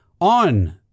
on